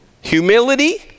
humility